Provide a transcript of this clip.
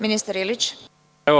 Ministar Ilić.